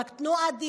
רק תנו עדיפות,